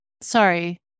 sorry